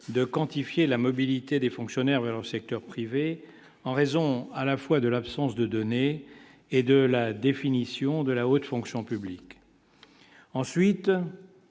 de quantifier la mobilité des fonctionnaires au secteur privé en raison à la fois de l'absence de données et de la définition de la haute fonction publique, ensuite